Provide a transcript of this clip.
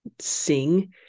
sing